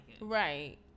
Right